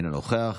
אינו נוכח.